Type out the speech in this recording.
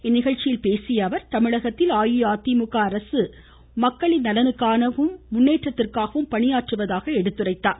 இந்நிகழ்ச்சியில் பேசியஅவர் தமிழகத்தில் அஇஅதிமுக அரசு மக்களின் நலனுக்காகவும் முன்னேற்றத்திற்காகவும் பணியாற்றுவதாக அவர் எடுத்துரைத்தார்